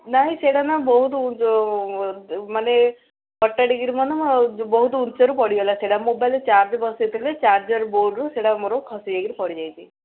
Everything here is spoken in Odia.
ନାହିଁ ସେଇଟା ନା ବହୁତ ଯେଉଁ ମାନେ କଚାଡ଼ିକି ବହୁତ ଊଚ୍ଚରୁ ପଡ଼ିଗଲା ସେଇଟା ମୋବାଇଲ୍ ଚାର୍ଜ ବସେଇଥିଲି ଚାର୍ଜର୍ ବୋର୍ଡ଼ରୁ ସେଇଟା ମୋର ଖସି ଯାଇକିରି ପଡ଼ି ଯାଇଛି